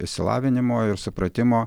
išsilavinimo ir supratimo